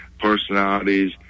personalities